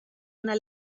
una